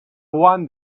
won